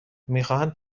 میخواهند